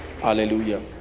Hallelujah